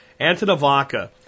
Antonovaca